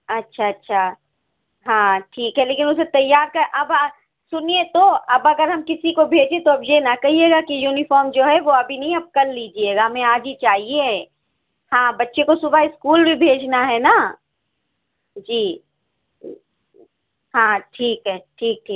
اچھا اچھا ہاں ٹھیک ہے لیکن اس میں تیار کر اب سنیے تو اب اگر ہم کسی کو بھیجیں تو اب یہ نہ کہیے گا کہ یونیفام جو ہے وہ ابھی نہیں اب کل لیجیے گا ہمیں آج ہی چاہیے ہے ہاں بچے کو صبح اسکول بھی بھیجنا ہے نا جی ہاں ٹھیک ہے ٹھیک ٹھیک